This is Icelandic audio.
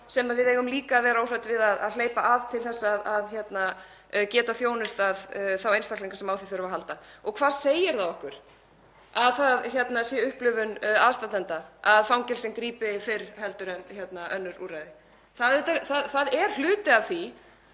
sem við eigum líka að vera óhrædd við að hleypa að til að geta þjónustað þá einstaklinga sem á því þurfa að halda. Og hvað segir það okkur að það sé upplifun aðstandenda að fangelsin grípi fyrr heldur en önnur úrræði? Það er hluti af því